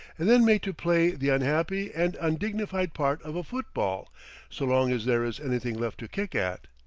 and then made to play the unhappy and undignified part of a football so long as there is anything left to kick at.